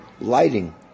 lighting